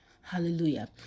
Hallelujah